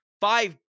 five